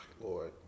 Lord